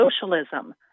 socialism